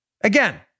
Again